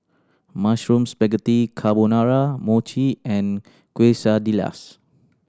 Mushroom Spaghetti Carbonara Mochi and Quesadillas